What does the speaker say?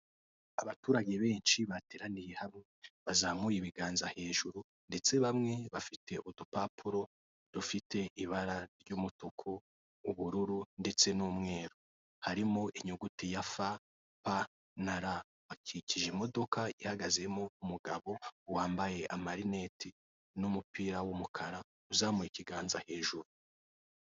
Abaturage benshi bateraniye hamwe bazamuraye ibiganza hejuru ndetse bamwe bafite udupapuro rufite ibara ry'umutuku, ubururu ndetse n'umweru; harimo inyuguti ya FPR; bakikije imodoka ihagazemo umugabo wambaye amarineti n'umupira w'umukara uzamuye ikiganza hejuru.